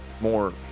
more